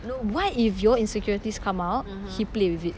no what if your insecurities come out he play with it